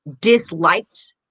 disliked